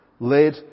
led